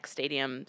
Stadium